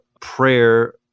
prayer